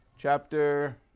chapter